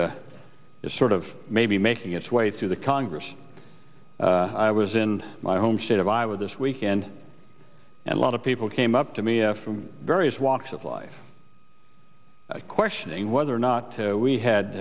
is sort of maybe making its way through the congress i was in my home state of iowa this weekend and a lot of people came up to me from various walks of life questioning whether or not to we had